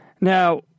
Now